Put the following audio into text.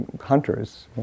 hunters